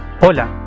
Hola